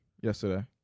yesterday